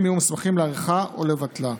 והשרים יהיו מוסמכים להאריכה או לבטלה.